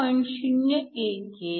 011 0